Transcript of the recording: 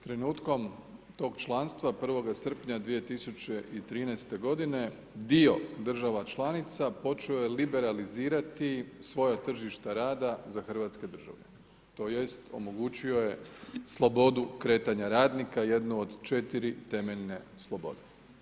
Trenutkom toga članstva 1. srpnja 2013. godine dio država članica počeo je liberalizirati svoje tržište rada za hrvatske državljane tj. omogućio je slobodi kretanja radnika, jednu od četiri temeljne slobode.